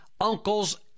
uncles